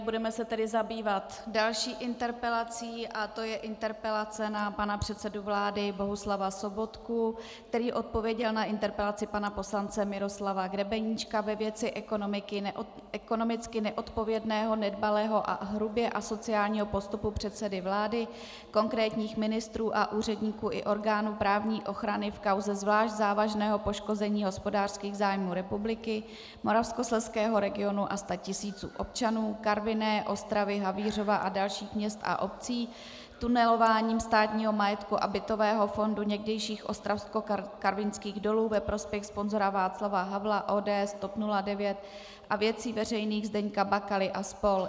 Budeme se tedy zabývat další interpelací a to je interpelace na pana předsedu vlády Bohuslava Sobotku, který odpověděl na interpelaci pana poslance Miroslava Grebeníčka ve věci ekonomicky neodpovědného, nedbalého a hrubě asociálního postupu předsedy vlády, konkrétních ministrů a úředníků i orgánů právní ochrany v kauze zvlášť závažného poškození hospodářských zájmů republiky, moravskoslezského regionu a statisíců občanů Karviné, Ostravy, Havířova a dalších měst a obcí tunelováním státního majetku a bytového fondu někdejších Ostravskokarvinských dolů ve prospěch sponzora Václava Havla, ODS, TOP 09 a Věcí veřejných Zdeňka Bakaly a spol.